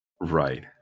Right